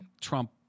Trump